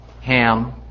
Ham